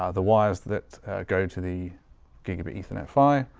ah the wires that go to the gigabit ethernet phy,